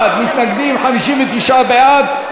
61 מתנגדים, 59 בעד.